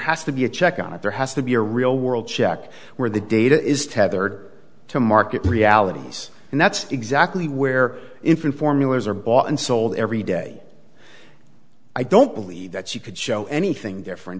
has to be a check on it there has to be a real world check where the data is tethered to market realities and that's exactly where infant formulas are bought and sold every day i don't believe that she could show anything different